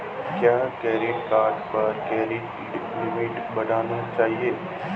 क्या credit card पर credit limit बढ़ानी चाहिए?